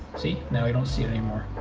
see, now you don't see it anymore.